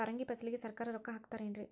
ಪರಂಗಿ ಫಸಲಿಗೆ ಸರಕಾರ ರೊಕ್ಕ ಹಾಕತಾರ ಏನ್ರಿ?